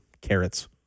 carrots